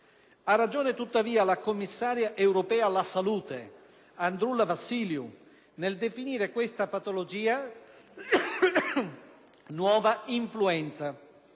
Ha ragione, tuttavia, la commissaria europea alla salute Androulla Vassiliou nel definire questa patologia "nuova influenza",